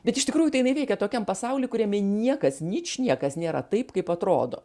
bet iš tikrųjų tai jinai veikia tokiam pasauly kuriame niekas nič niekas nėra taip kaip atrodo